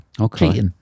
Okay